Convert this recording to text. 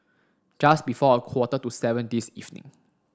just before a quarter to seven this evening